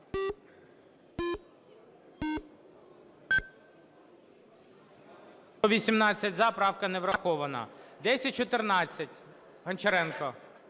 1014, Гончаренко.